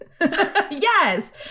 Yes